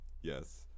Yes